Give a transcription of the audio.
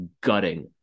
gutting